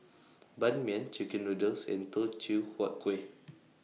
Ban Mian Chicken Noodles and Teochew Huat Kueh